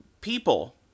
people